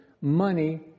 money